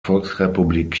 volksrepublik